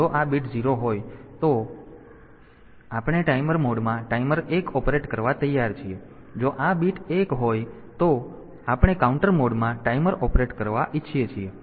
તેથી જો આ બીટ 0 હોય તો આપણે ટાઈમર મોડમાં ટાઈમર 1 ઓપરેટ કરવા તૈયાર છીએ અને જો આ બીટ 1 હોય તો આપણે કાઉન્ટર મોડમાં ટાઈમર ઓપરેટ કરવા ઈચ્છીએ છીએ